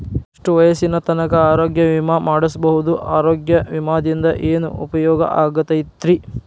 ಎಷ್ಟ ವಯಸ್ಸಿನ ತನಕ ಆರೋಗ್ಯ ವಿಮಾ ಮಾಡಸಬಹುದು ಆರೋಗ್ಯ ವಿಮಾದಿಂದ ಏನು ಉಪಯೋಗ ಆಗತೈತ್ರಿ?